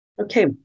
Okay